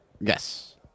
Yes